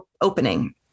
opening